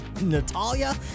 Natalia